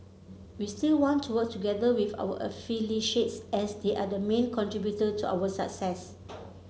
we still want to work together with our affiliates as they are the main contributor to our success